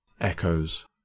Echoes